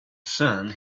sun